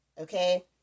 Okay